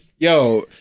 yo